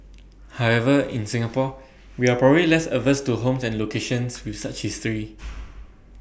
however in Singapore we are probably less averse to homes and locations with such history